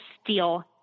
steel